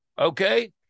Okay